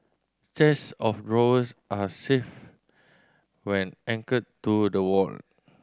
chest of drawers are safe when anchored to the wall